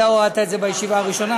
אתה הורדת את זה בישיבה הראשונה,